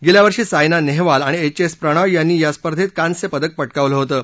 गेल्या वर्षी सायना नेहवाल आणि एच एस प्रणॉय यांनी या स्पर्धेत कांस्य पदक पटकावलं होतं